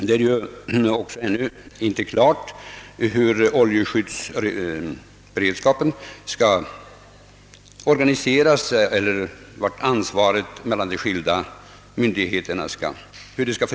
Det är ju ännu inte heller klart hur ansvaret för oljeskyddsberedskapen skall fördelas mellan de skilda myndigheterna.